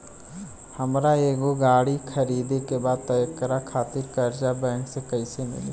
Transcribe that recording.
हमरा एगो गाड़ी खरीदे के बा त एकरा खातिर कर्जा बैंक से कईसे मिली?